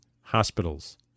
hospitals